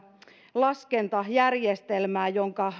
laskentajärjestelmään jonka